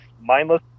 mindless